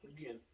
again